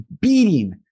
beating